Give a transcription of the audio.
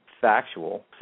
factual